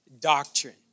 doctrine